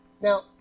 Now